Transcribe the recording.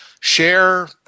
share